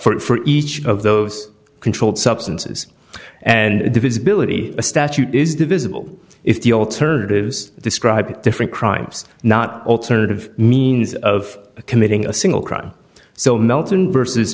for each of those controlled substances and divisibility a statute is divisible if the alternatives describe different crimes not alternative means of committing a single crime so melton versus